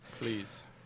Please